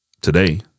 today